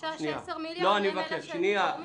בושה ש-10 מיליון הם אלה שגורמים לבן שלי לנסוע.